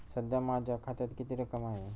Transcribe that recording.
सध्या माझ्या खात्यात किती रक्कम आहे?